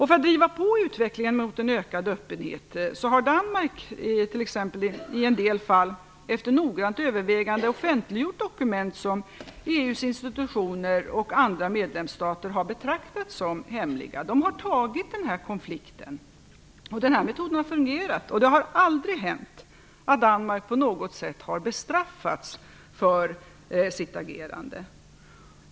För att driva på utvecklingen mot en ökad öppenhet har Danmark i en del fall, efter noggrant övervägande, offentliggjort dokument som EU:s institutioner och andra medlemsstater har betraktat som hemliga. Danmark har tagit den här konflikten, och den metoden har fungerat. Det har aldrig hänt att Danmark på något sätt har bestraffats för sitt agerande.